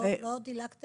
זה נושא הפניות